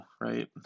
right